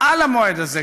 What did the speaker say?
על המועד הזה,